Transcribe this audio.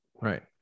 Right